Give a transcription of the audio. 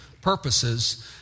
purposes